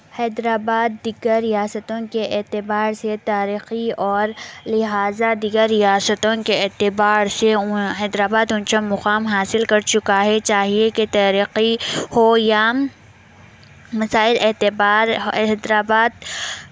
حیدر آباد دیگر ریاستوں کے اعتبار سے تاریخی اور لہٰذا دیگر ریاستوں کے اعتبار سے حیدر آباد اونچا مقام حاصل کر چکا ہے چاہیے کی ترقی ہو یا مسائل اعتبار حیدر آباد